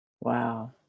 Wow